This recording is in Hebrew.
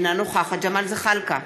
אינה נוכחת ג'מאל זחאלקה,